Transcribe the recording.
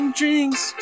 drinks